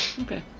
Okay